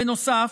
בנוסף,